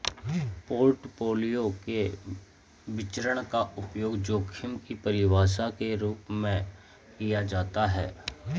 portfolio के विचरण का उपयोग जोखिम की परिभाषा के रूप में किया जाता है